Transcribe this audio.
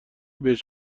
بهش